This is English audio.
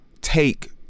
take